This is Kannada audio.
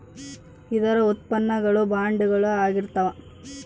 ಇದರ ಉತ್ಪನ್ನ ಗಳು ಬಾಂಡುಗಳು ಆಗಿರ್ತಾವ